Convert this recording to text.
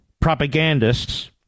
propagandists